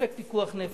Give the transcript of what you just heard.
ספק פיקוח נפש.